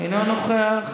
אינו נוכח,